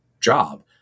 job